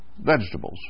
vegetables